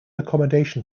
accommodation